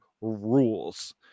rules